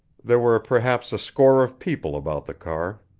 there were perhaps a score of people about the car.